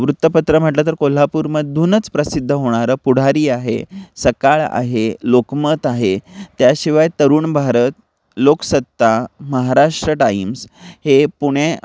वृत्तपत्र म्हटलं तर कोल्हापूरमधूनच प्रसिद्ध होणारं पुढारी आहे सकाळ आहे लोकमत आहे त्याशिवाय तरुण भारत लोकसत्ता महाराष्ट्र टाईम्स हे पुणे